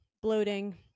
bloating